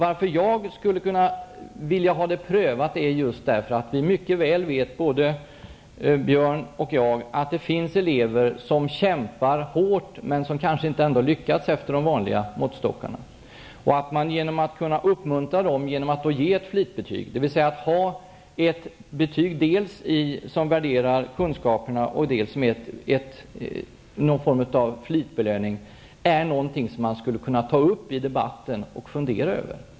Att jag skulle vilja ha denna fråga prövad beror på att det är så som både Björn Samuelson och jag väl vet, att det finns elever som kämpar hårt men som kanske ändå inte lyckas enligt de vanliga måttstockarna. Man skulle kunna uppmuntra dessa elever genom att ge ett flitbetyg, alltså genom att ha dels ett betyg som värderar kunskaperna, dels ett betyg som är någon form av flitbelöning. Detta är någonting som man skulle kunna ta upp i debatten och fundera över.